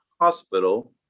hospital